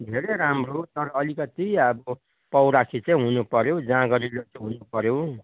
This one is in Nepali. धेरै राम्रो तर अलिकति अब पौरखी चाहिँ हुनु पर्यो जाँगरिलो चाहिँ हुनु पर्यो